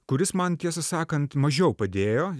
kuris man tiesą sakant mažiau padėjo